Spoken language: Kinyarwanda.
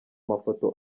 mafoto